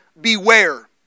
beware